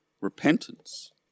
Repentance